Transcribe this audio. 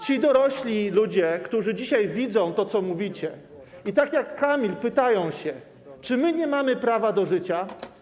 Ci dorośli ludzie dzisiaj widzą to, co mówicie, i tak jak Kamil pytają: Czy my nie mamy prawa do życia?